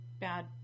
bad